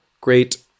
great